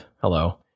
Hello